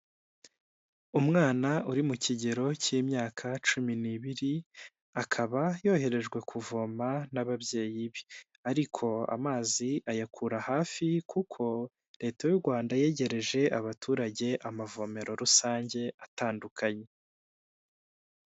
Umwana uri mu kigero cy'imyaka cumi n'ibiri akaba yoherejwe kuvoma n'ababyeyi be, ariko amazi ayakura hafi kuko leta y'u Rwanda yegereje abaturage amavomero rusange atandukanye.